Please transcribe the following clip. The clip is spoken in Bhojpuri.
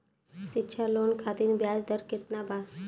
शिक्षा लोन खातिर ब्याज दर केतना बा?